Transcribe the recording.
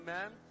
Amen